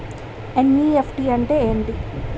NEFT అంటే ఏమిటి?